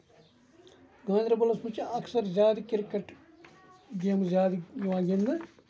گاندربَلس منٛز چھُ اَکثر زیادٕ کِرکٹ گیمہٕ زیادٕ یِوان گِندنہٕ